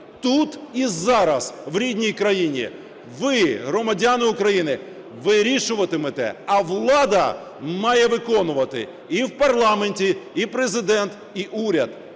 Тут і зараз в рідній країні, ви, громадяни України, вирішуватиме, а влада має виконувати і в парламенті, і Президент, і уряд.